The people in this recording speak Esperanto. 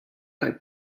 kaj